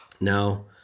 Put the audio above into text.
Now